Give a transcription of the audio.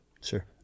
Sure